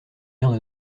maires